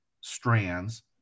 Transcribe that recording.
strands